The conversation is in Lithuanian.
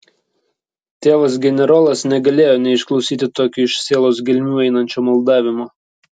tėvas generolas negalėjo neišklausyti tokio iš sielos gelmių einančio maldavimo